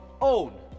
own